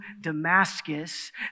Damascus